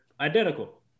identical